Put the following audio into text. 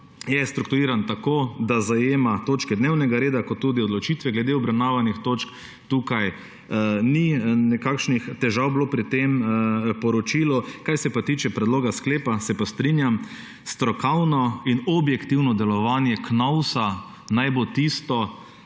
je strukturiran tako, da zajema točke dnevnega reda in tudi odločitve glede obravnavanih točk, tukaj ni bilo kakšnih težav pri tem poročilu. Kar se tiče predloga sklepa, se pa strinjam, strokovno in objektivno delovanje Knovsa naj bo tisto,